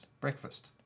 breakfast